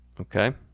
Okay